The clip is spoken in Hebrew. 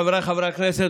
חבריי חברי הכנסת,